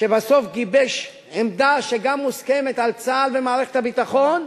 שבסוף גיבש עמדה שגם מוסכמת על צה"ל ומערכת הביטחון,